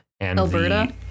Alberta